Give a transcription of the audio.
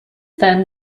then